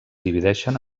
divideixen